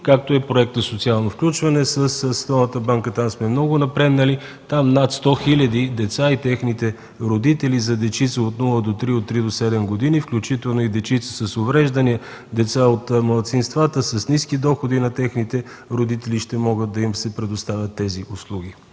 както е проектът „Социално включване” с новата банка. Там сме много напреднали – на над 100 000 деца и техните родители с деца от 0 до 3 и от 3 до 7 години, включително и деца с увреждания, деца от малцинствата и с ниски доходи на техните родители ще може да им се предоставят тези услуги.